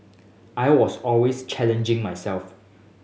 I was always challenging myself